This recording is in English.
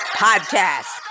podcast